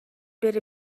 بره